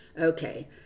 Okay